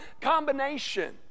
combination